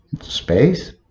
space